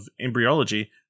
embryology